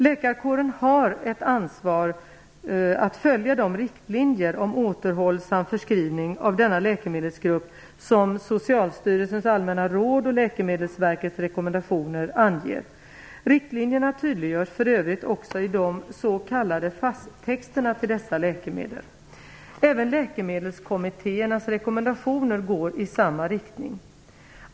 Läkarkåren har ett ansvar att följa de riktlinjer om återhållsam förskrivning av denna läkemedelsgrupp som Socialstyrelsens Allmänna råd och Läkemedelsverkets rekommendationer anger. Riktlinjerna tydliggörs för övrigt också i de s.k. FASS-texterna till dessa läkemedel. Även läkemedelskommittérnas rekommendationer går i samma riktning.